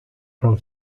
from